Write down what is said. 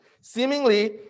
Seemingly